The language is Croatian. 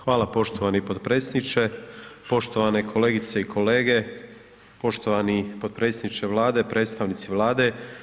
Hvala poštovani potpredsjedniče, poštovane kolegice i kolege, poštovani potpredsjedniče Vlade, predstavnici Vlade.